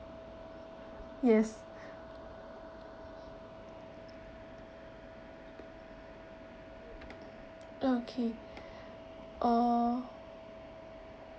yes okay oh